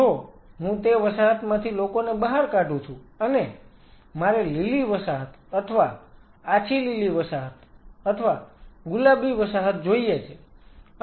જો હું તે વસાહતમાંથી લોકોને બહાર કાઢું છું અને મારે લીલી વસાહત અથવા આછી લીલી વસાહત અથવા ગુલાબી વસાહત જોઈએ છે